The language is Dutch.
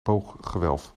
booggewelf